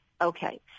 okay